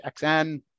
xn